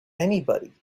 anybody